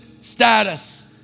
status